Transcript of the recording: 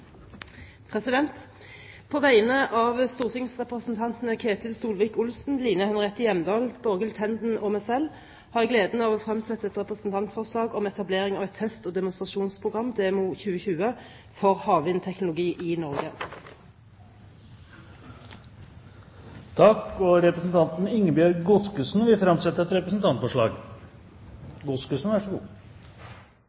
På vegne av stortingsrepresentantene Ketil Solvik-Olsen, Line Henriette Hjemdal, Borghild Tenden og meg selv har jeg gleden av å fremsette et representantforslag om etablering av et test- og demonstrasjonsprogram. «Demo 2020», for havvindteknologi i Norge. Representanten Ingebjørg Godskesen vil framsette et representantforslag.